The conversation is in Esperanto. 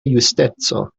justeco